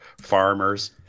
farmers